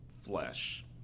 Flesh